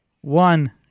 one